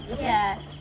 Yes